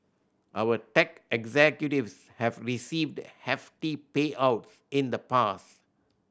our tech executives have received hefty payouts in the past